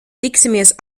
tiksimies